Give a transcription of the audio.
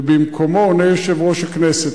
ובמקומו עונה יושב-ראש הכנסת.